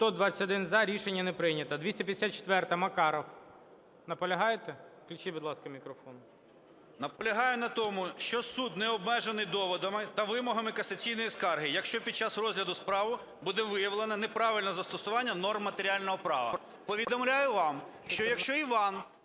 За-121 Рішення не прийнято. 254-а, Макаров. Наполягаєте? Включіть, будь ласка, мікрофон. 14:01:17 МАКАРОВ О.А. Наполягаю на тому, що: "Суд не обмежений доводами та вимогами касаційної скарги, якщо під час розгляду справ буде виявлено неправильне застосування норм матеріального права" Повідомляю вам, що, якщо Іван